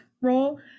role